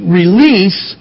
release